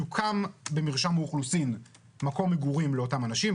יוקם במרשם האוכלוסין מקום מגורים לאותם אנשים,